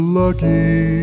lucky